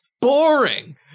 BORING